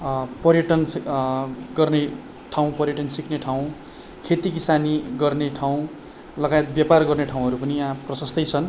पर्यटन गर्ने ठाउँ पर्यटन सिक्ने ठाउँ खेती किसानी गर्ने ठाउँ लगायत व्यापार गर्ने ठाउँहरू पनि यहाँ प्रशस्तै छन्